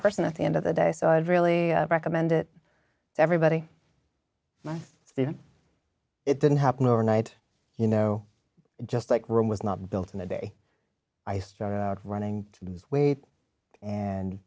person at the end of the day so i'd really recommend it to everybody my it didn't happen overnight you know just like room was not built in the day i started running to the weight and